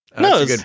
No